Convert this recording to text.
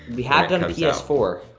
we have done a p s four,